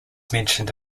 mentioned